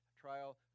trial